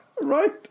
right